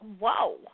Whoa